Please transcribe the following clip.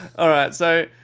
alright so